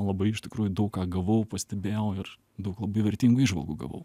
labai iš tikrųjų daug ką gavau pastebėjau ir daug labai vertingų įžvalgų gavau